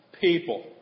people